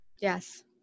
Yes